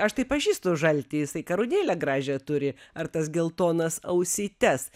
aš tai pažįstu žaltį jisai karūnėlę gražią turi ar tas geltonas ausytes